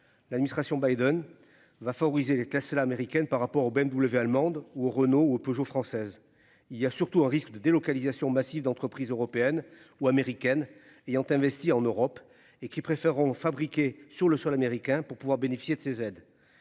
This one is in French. L'administration Biden va favoriser les classes américaine par rapport aux BMW allemande ou Renault ou Peugeot française il y a surtout un risque de délocalisation massive d'entreprises européennes ou américaines ayant investi en Europe et qui préféreront fabriqués sur le sol américain, pour pouvoir bénéficier de ces aides.